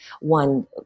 One